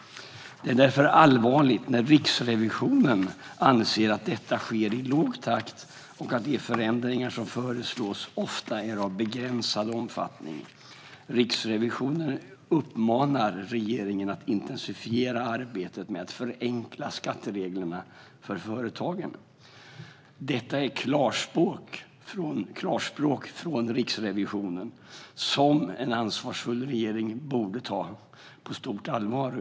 Det är därför allvarligt när Riksrevisionen anser att detta sker i låg takt och att de förändringar som föreslås ofta är av begränsad omfattning. Riksrevisionen uppmanar regeringen att intensifiera arbetet med att förenkla skattereglerna för företagen. Detta är klarspråk från Riksrevisionen som en ansvarsfull regering borde ta på stort allvar.